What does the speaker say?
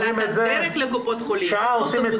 אבל הדרך לקופות החולים באוטובוסים,